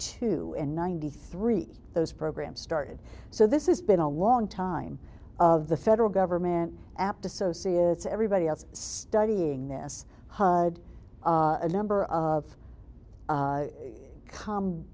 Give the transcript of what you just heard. two and ninety three those programs started so this is been a long time of the federal government apt associates everybody else studying this a number of come